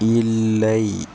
இல்லை